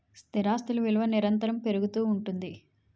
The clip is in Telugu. స్థిరాస్తులు విలువ నిరంతరము పెరుగుతూ ఉంటుంది